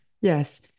yes